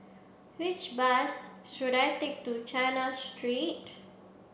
which bus should I take to China Street